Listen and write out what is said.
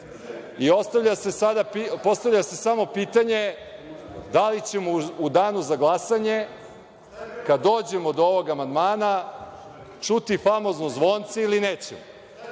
očigledno. Postavlja se samo pitanje – da li ćemo u danu za glasanje, kada dođemo do ovog amandmana, čuti famozno zvonce ili nećemo?